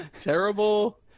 Terrible